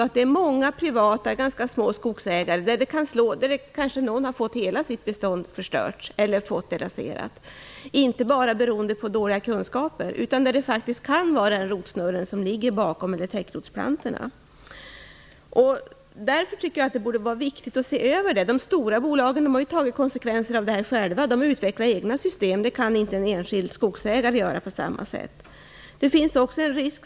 För många privata, ganska små, skogsägare kan detta slå så att hela beståndet blir förstört eller raserat. Det beror inte bara på dåliga kunskaper. Det kan faktiskt också vara en rotsnurra som ligger bakom när det gäller täckrotsplantorna. Jag tycker att det borde vara viktigt att se över detta. De stora bolagen har själva tagit konsekvenserna och utvecklar egna system. En enskild skogsägare har inte samma möjligheter att göra det.